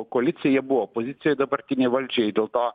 koalicijoj jie buvo opozicijoj dabartinei valdžiai dėl to